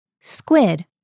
squid